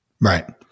Right